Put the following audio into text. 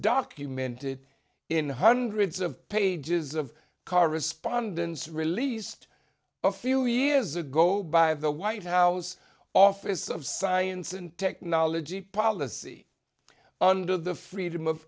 documented in hundreds of pages of correspondence released a few years ago by the white house office of science and technology policy under the freedom of